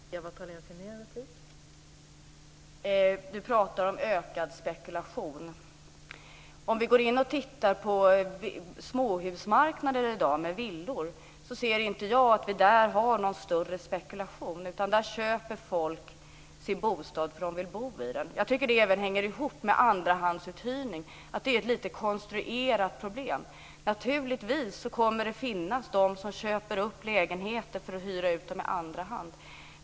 Fru talman! Sten Lundström talar om ökad spekulation. Om vi går in och tittar på småhusmarknaden med villor i dag ser inte jag att vi där har någon större spekulation. Där köper människor sin bostad därför att de vill bo i den. Den frågan hänger ihop med andrahandsuthyrning. Det är ett konstruerat problem. Naturligtvis kommer det att finnas de som köper upp lägenheter för att hyra ut dem i andra hand.